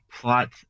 plot